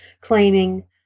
claiming